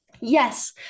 Yes